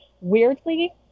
Weirdly